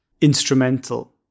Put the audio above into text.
instrumental